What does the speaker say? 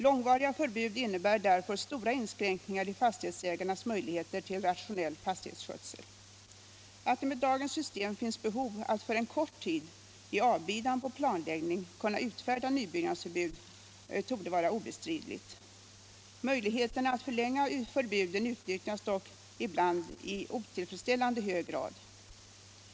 Långvariga förbud innebär därför stora inskränkningar i fastighetsägarnas möjligheter till rationell fastighetsskötsel. Att det med dagens system finns behov av att för kort tid, i avbidan på planläggning, kunna utfärda nybyggnadsförbud torde vara obestridligt. Möjligheterna att förlänga förbuden utnyttjas dock ibland i otillfredsställande hög grad.